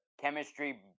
chemistry